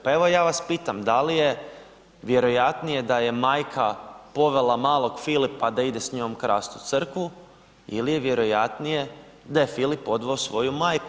Pa evo ja vas pitam, da li je vjerojatnije da je majka povela malog Filipa da ide s njom krasti u crkvu ili je vjerojatnije da je Filip odveo svoju majku?